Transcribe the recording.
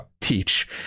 teach